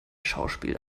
schauspiel